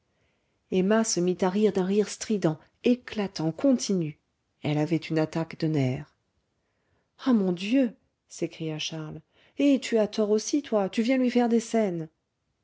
emma se mit à rire d'un rire strident éclatant continu elle avait une attaque de nerfs ah mon dieu s'écria charles eh tu as tort aussi toi tu viens lui faire des scènes